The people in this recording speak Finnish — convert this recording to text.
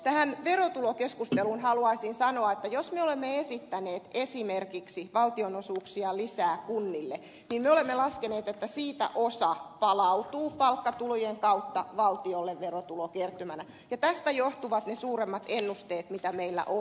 tähän verotulokeskusteluun haluaisin sanoa että jos me olemme esittäneet esimerkiksi valtionosuuksia lisää kunnille niin me olemme laskeneet että siitä osa palautuu palkkatulojen kautta valtiolle verotulokertymänä ja tästä johtuvat ne suuremmat ennusteet mitä meillä on